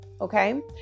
okay